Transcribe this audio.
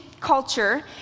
culture